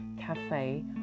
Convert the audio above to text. Cafe